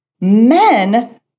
Men